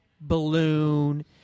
balloon